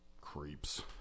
creeps